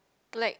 like